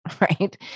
right